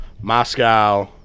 Moscow